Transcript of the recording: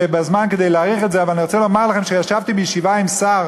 אבל אני רוצה לומר לכם שישבתי בישיבה עם שר,